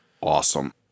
Awesome